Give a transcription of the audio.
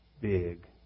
big